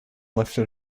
lifted